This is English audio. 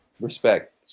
respect